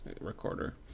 recorder